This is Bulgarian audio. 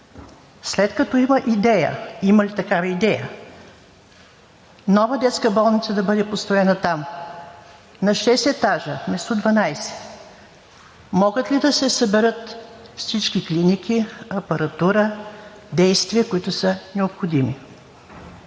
след като има идея – има ли такава идея нова детска болница да бъде построена там на шест етажа, вместо 12? Могат ли да се съберат всички клиники, апаратура, действия, които са необходими?